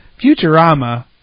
Futurama